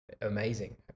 amazing